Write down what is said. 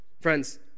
Friends